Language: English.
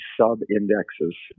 sub-indexes